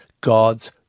God's